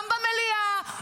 גם במליאה,